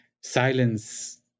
silence